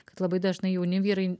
kad labai dažnai jauni vyrai